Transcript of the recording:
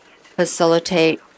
facilitate